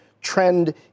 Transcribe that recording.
trend